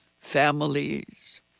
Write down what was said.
families